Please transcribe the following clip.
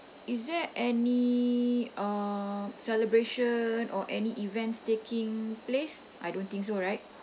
is there any uh celebration or any events taking place I don't think so right